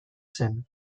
zen